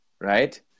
right